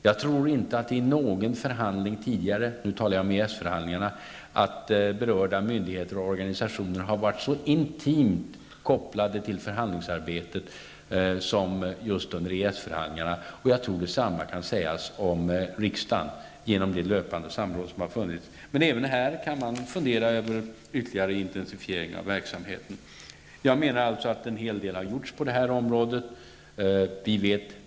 Jag tror inte att vid någon förhandling tidigare, och nu talar jag om EES förhandlingarna, berörda myndigheter och organisationer har varit så intimt kopplade till förhandlingsarbetet som under just EES förhandlingarna. Jag tror detsamma kan sägas om riksdagen med tanke på det löpande samrådet. Även här kan man fundera över en ytterligare intensifiering av verksamheten. Jag menar alltså att det har gjorts en hel del på detta område.